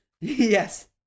Yes